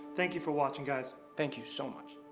thank you for watching guys. thank you so much.